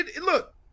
Look